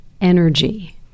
energy